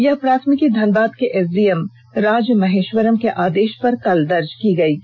यह प्राथमिकी धनबाद के एसडीएम राज महेश्वरम के आदेश पर कल दर्ज की गई है